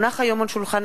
נחמן שי,